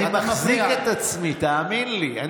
אני מחזיק את עצמי, תאמין לי.